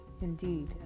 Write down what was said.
Indeed